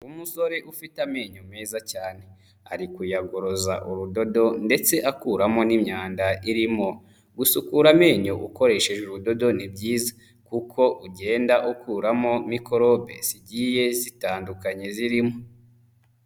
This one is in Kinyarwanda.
Umusore ufite amenyo meza cyane. Ari kuyagoroza urudodo ndetse akuramo n'imyanda irimo. Gusukura amenyo ukoresheje urudodo ni byiza kuko ugenda ukuramo mikorobe zigiye zitandukanye zirimo.